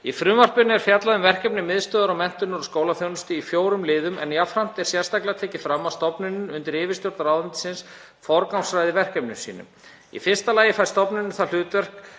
Í frumvarpinu er fjallað um verkefni Miðstöðvar menntunar og skólaþjónustu í fjórum liðum en jafnframt er sérstaklega tekið fram að stofnunin, undir yfirstjórn ráðuneytisins, forgangsraði verkefnum sínum. Í fyrsta lagi fær stofnunin það hlutverk